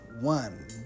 one